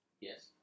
Yes